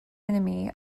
enemy